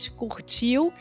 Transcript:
curtiu